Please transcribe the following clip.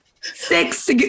Six